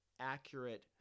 accurate